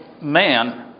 man